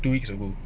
two weeks ago